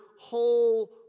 whole